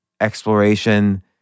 exploration